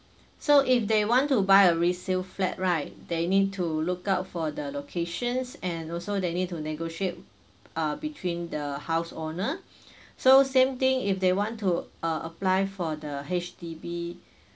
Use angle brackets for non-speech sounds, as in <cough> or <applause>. so if they want to buy a resale flat right they need to look out for the locations and also they need to negotiate ah between the house owner <breath> so same thing if they want to uh apply for the H_D_B